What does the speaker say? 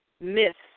myths